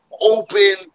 open